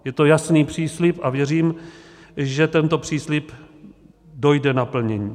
Je to jasný příslib a věřím, že tento příslib dojde naplnění.